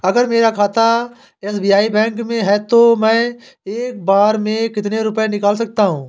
अगर मेरा खाता एस.बी.आई बैंक में है तो मैं एक बार में कितने रुपए निकाल सकता हूँ?